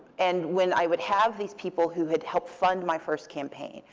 and when i would have these people who had helped fund my first campaign,